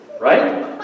Right